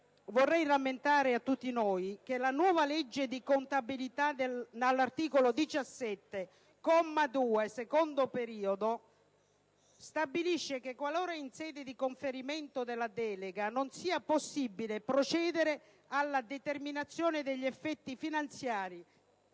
vorrei rammentare a tutti noi che la nuova legge di contabilità, all'articolo 17, comma 2, secondo periodo, stabilisce che, qualora in sede di conferimento della delega non sia possibile procedere alla determinazione degli effetti finanziari